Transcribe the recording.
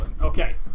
Okay